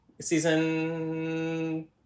season